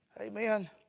Amen